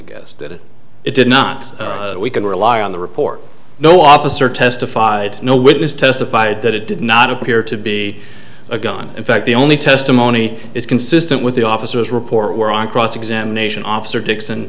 guess that it did not that we can rely on the report no officer testified no witness testified that it did not appear to be a gun in fact the only testimony is consistent with the officer's report where on cross examination officer dixon